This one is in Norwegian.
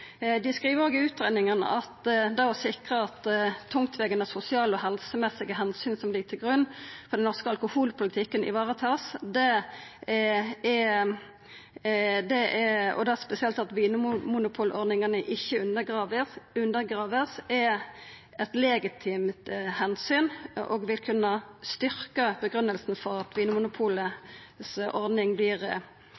sikre at de tungtveiende sosiale og helsemessige hensynene som ligger til grunn for den norske alkoholpolitikken ivaretas, og da spesielt at monopolordningen ikke undergraves, anses som utvilsomt legitimt hensyn». Det vil kunna styrkja grunngjevinga for at